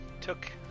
took